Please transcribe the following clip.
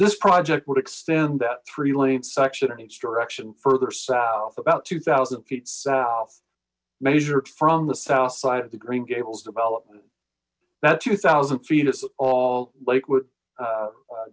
this project would extend that three lane section each direction further south about two thousand feet south measured from the south side of the green gables development that two thousand feet is all lakewood